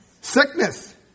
Sickness